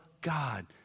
God